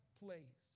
place